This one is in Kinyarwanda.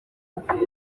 ibyo